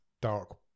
Dark